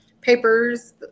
papers